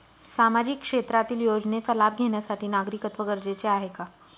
सामाजिक क्षेत्रातील योजनेचा लाभ घेण्यासाठी नागरिकत्व गरजेचे आहे का?